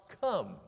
come